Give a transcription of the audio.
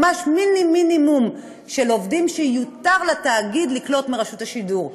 ממש מיני-מינימום של עובדים שיותר לתאגיד לקלוט מרשות השידור.